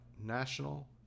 National